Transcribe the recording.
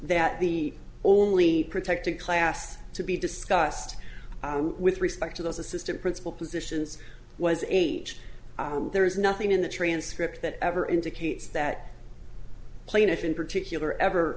that the only protected class to be discussed with respect to those assistant principal positions was age there is nothing in the transcript that ever indicates that plaintiff in particular ever